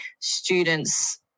students